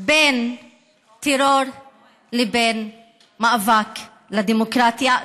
בין טרור לבין מאבק לדמוקרטיה,